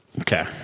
Okay